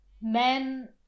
men